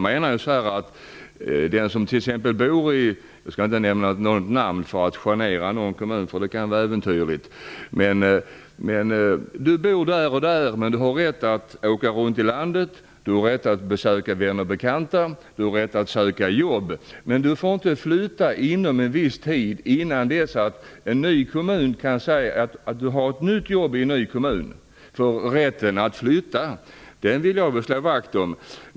Den som t.ex. bor där eller där - för att inte genera någon kommun skall jag inte nämna något namn - har rätt att åka runt i landet och rätt att besöka vänner och bekanta samt rätt att söka jobb men får inte flytta innan en ny kommun kan säga att det finns ett nytt jobb i en ny kommun. Rätten att flytta vill jag slå vakt om.